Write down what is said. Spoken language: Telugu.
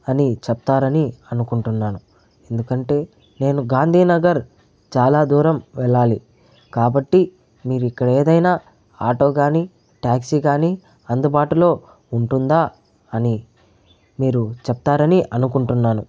అని చెప్తారని అనుకుంటున్నాను ఎందుకంటే నేను గాంధీనగర్ చాలా దూరం వెళ్ళాలి కాబట్టి మీరు ఇక్కడ ఏదైనా ఆటో కాని టాక్సీ కాని అందుబాటులో ఉంటుందా అని మీరు చెప్తారని అనుకుంటున్నాను